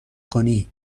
کنی